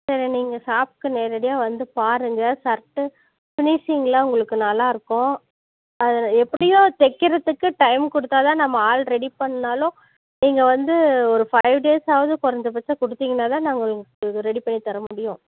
சரி நீங்கள் ஷாப்புக்கு நேரடியாக வந்து பாருங்க ஸர்ட்டு பினிஸிங்கெளாம் உங்களுக்கு நல்லா இருக்கும் அதில் எப்படியும் தைக்கிறதுக்கு டைம் கொடுத்தா தான் நம்ம ஆள் ரெடி பண்ணிணாலும் நீங்கள் வந்து ஒரு ஃபைவ் டேஸ் ஆவது குறைஞ்சபட்சம் கொடுத்தீங்கனா தான் நாங்கள் இது ரெடி பண்ணி தர முடியும்